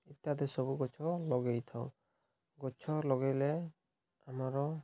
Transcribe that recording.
ଇତ୍ୟାଦି ସବୁ ଗଛ ଲଗେଇ ଥାଉ ଗଛ ଲଗେଇଲେ ଆମର